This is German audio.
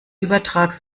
übertrag